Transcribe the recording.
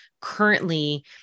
currently